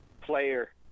player